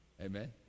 Amen